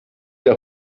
der